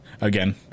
again